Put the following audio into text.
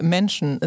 Menschen